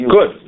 Good